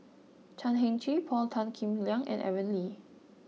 Chan Heng Chee Paul Tan Kim Liang and Aaron Lee